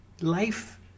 Life